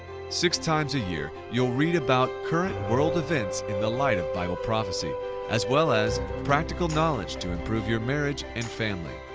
six times a year you'll read about current world events in the light of bible prophecy as well as practical knowledge to improve your marriage and family,